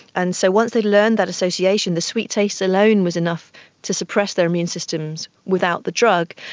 and so once they learned that association, the sweet taste alone was enough to suppress their immune systems without the drug.